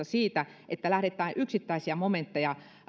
siitä että lähdetään yksittäisiä momentteja